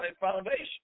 foundation